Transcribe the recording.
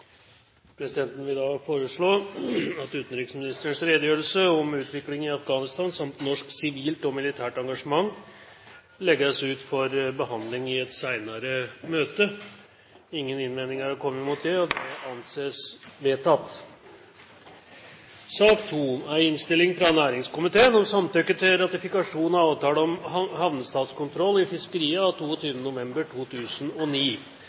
Presidenten vil foreslå at utenriksministerens redegjørelse om utviklingen i Afghanistan samt norsk sivilt og militært engasjement legges ut for behandling i et senere møte. Ingen innvendinger har kommet mot det, og det anses vedtatt. Etter ønske fra næringskomiteen vil presidenten foreslå at taletiden begrenses til 40 minutter og fordeles med inntil 5 minutter til hvert parti og inntil 5 minutter til medlem av